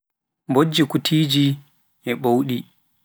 mbojji kutiji e bowɗi.